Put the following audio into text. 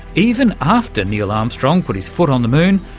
even after neil armstrong put his foot on the moon,